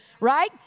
right